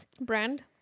Brand